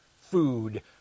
food